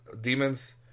demons